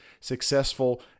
successful